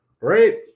right